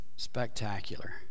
spectacular